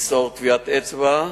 למסור טביעת אצבע,